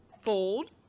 fold